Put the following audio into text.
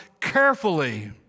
carefully